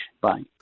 bye